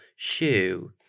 Shoe